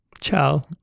Ciao